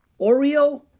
Oreo